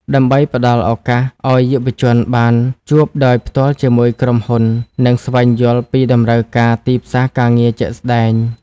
ដើម្បីផ្តល់ឱកាសឱ្យយុវជនបានជួបដោយផ្ទាល់ជាមួយក្រុមហ៊ុន និងស្វែងយល់ពីតម្រូវការទីផ្សារការងារជាក់ស្តែង។